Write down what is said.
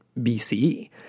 BCE